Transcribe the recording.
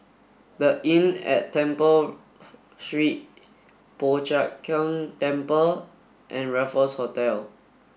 the Inn at Temple Street Po Chiak Keng Temple and Raffles Hotel